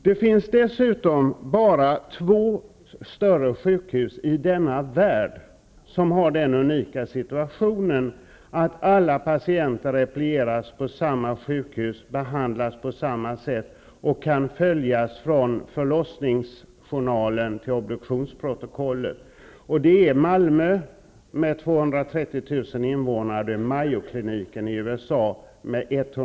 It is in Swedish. Det finns dessutom bara två större sjukhus i denna värld som har den unika situationen att alla patienter replieras på samma sjukhus, behandlas på samma sätt och kan följas från förlossningsjournalen till obduktionsprotokollet. Det är Malmö sjukhus med 230 000 invånare i invånare i Rochester.